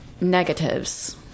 negatives